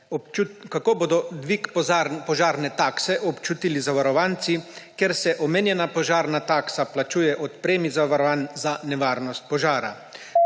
kako bodo dvig požarne takse občutili zavarovanci, ker se omenjena požarna taksa plačuje od premij zavarovanj za nevarnost požara.